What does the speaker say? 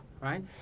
Right